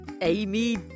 Amy